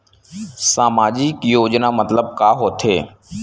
सामजिक योजना मतलब का होथे?